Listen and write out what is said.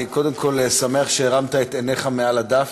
אני קודם כול שמח שהרמת את עיניך מעל הדף,